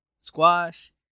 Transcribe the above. squash